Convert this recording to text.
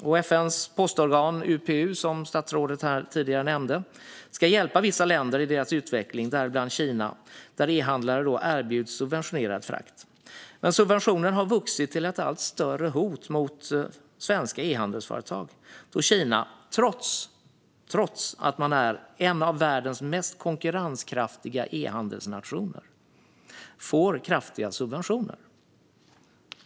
FN:s postorgan UPU, som statsrådet nämnde, ska hjälpa vissa länder i deras utveckling, däribland Kina, där e-handlare erbjuds subventionerad frakt. Men subventionen har vuxit till ett allt större hot mot svenska ehandelsföretag, då Kina får kraftiga subventioner, trots att det är en av världens mest konkurrenskraftiga e-handelsnationer.